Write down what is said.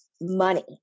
money